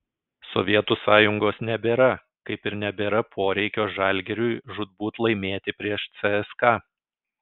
sovietų sąjungos nebėra kaip ir nebėra poreikio žalgiriui žūtbūt laimėti prieš cska